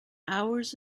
hours